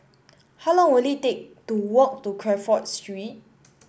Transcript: how long will it take to walk to Crawford Street